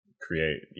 create